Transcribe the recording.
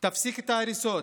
תפסיק את ההריסות,